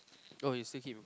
oh you still keep them